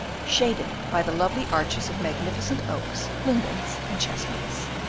shaded by the lovely arches of magnificent oaks, lindens, and chestnuts.